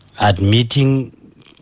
Admitting